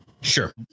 Sure